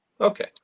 Okay